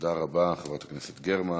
תודה רבה, חברת הכנסת גרמן.